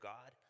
God